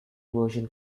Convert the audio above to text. version